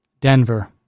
Denver